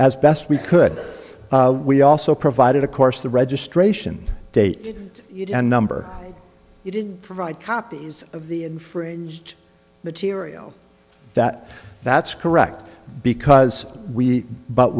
as best we could we also provided of course the registration date and number you did provide copies of the infringed material that that's correct because we but